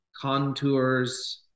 contours